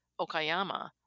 Okayama